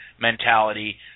mentality